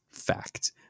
fact